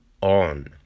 on